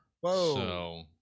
Whoa